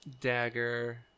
dagger